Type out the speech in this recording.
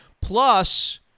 Plus